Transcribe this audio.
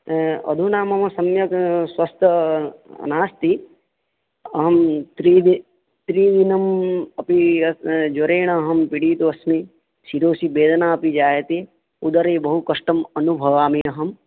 अधुना मम सम्यक् स्वस्थः नास्ति अहं त्रिदिन त्रिदिनम् अपि ज्वरेण अहं पीडितोस्मि शिरोसि वेदना अपि जायते उदरे बहुकष्टम् अनुभवामि अहं